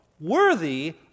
worthy